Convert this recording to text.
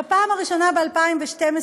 בפעם הראשונה ב-2012,